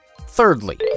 Thirdly